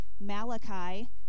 Malachi